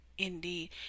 Indeed